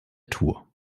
tour